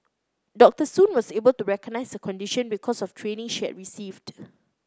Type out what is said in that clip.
Dr Soon was able to recognize her condition because of training she had received